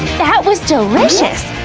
that was delicious!